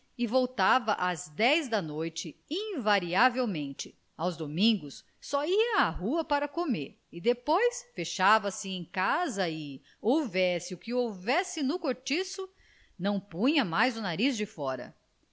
e voltava às dez da noite invariavelmente aos domingos só ia à rua para comer e depois fechava-se em casa e houvesse o que houvesse no cortiço não punha mais o nariz de fora